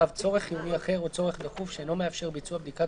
(ו)צורך חיוני אחר או צורך דחוף שאינו מאפשר ביצוע בדיקת